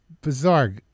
bizarre